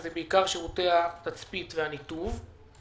וזה בעיקר שירותי התצפית והניתוב.